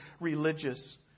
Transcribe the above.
religious